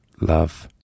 love